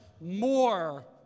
more